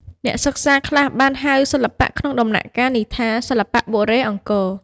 អ្នកសិក្សាខ្លះបានហៅសិល្បៈក្នុងដំណាក់កាលនេះថា សិល្បៈបុរេអង្គរ។